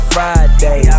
Friday